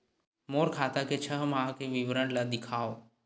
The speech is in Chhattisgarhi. मोर खाता के छः माह के विवरण ल दिखाव?